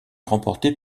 remportées